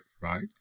right